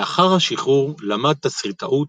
לאחר השחרור, למד תסריטאות